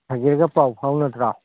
ꯐꯖꯤꯔꯒ ꯄꯥꯎ ꯐꯥꯎꯅꯗ꯭ꯔꯣ